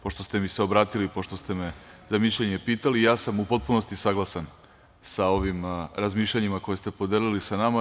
Pošto ste mi se obratili, pošto ste me za mišljenje pitali, ja sam u potpunosti saglasan sa ovim razmišljanjima koja ste podelili sa nama.